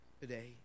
today